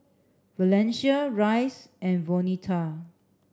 Valencia Rice and Vonetta